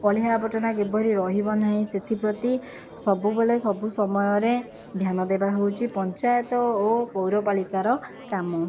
ଅଳିଆ ଆବର୍ଜନା କିପରି ରହିବ ନାହିଁ ସେଥିପ୍ରତି ସବୁ ବେଳେ ସବୁ ସମୟରେ ଧ୍ୟାନ ଦେବା ହେଉଛି ପଞ୍ଚାୟତ ଓ ପୌରପାଳିକାର କାମ